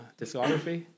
discography